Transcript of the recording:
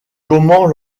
comment